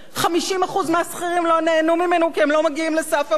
50% מהשכירים לא נהנו ממנו כי הם לא מגיעים לסף המס,